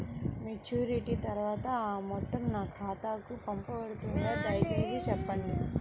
Maturity తర్వాత ఆ మొత్తం నా ఖాతాకు పంపబడుతుందా? దయచేసి చెప్పండి?